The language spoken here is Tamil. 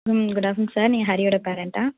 ம் குடாஃப்நூன் சார் நீங்கள் ஹரியோட பேரன்ட்டா